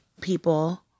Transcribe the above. people